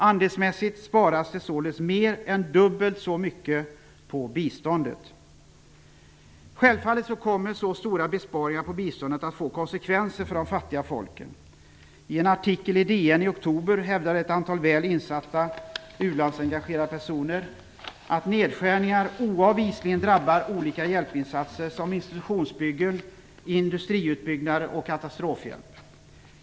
Andelsmässigt sparas det således mer än dubbelt så mycket på biståndet. Självfallet kommer så stora besparingar på biståndet att få konsekvenser för de fattiga folken. I en artikel i DN i oktober hävdade ett antal väl insatta ulandsengagerade personer, att nedskärningar oavvisligen drabbar olika hjälpinsatser, som institutionsbyggen, industriutbyggnader och katastrofhjälp.